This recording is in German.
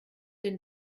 den